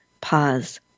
pause